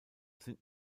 sind